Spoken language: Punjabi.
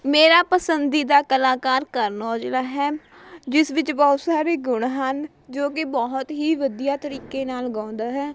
ਮੇਰਾ ਪਸੰਦੀਦਾ ਕਲਾਕਾਰ ਕਰਨ ਔਜਲਾ ਹੈ ਜਿਸ ਵਿੱਚ ਬਹੁਤ ਸਾਰੇ ਗੁਣ ਹਨ ਜੋ ਕਿ ਬਹੁਤ ਹੀ ਵਧੀਆ ਤਰੀਕੇ ਨਾਲ਼ ਗਾਉਂਦਾ ਹੈ